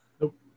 Nope